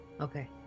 Okay